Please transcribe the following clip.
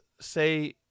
say